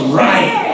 right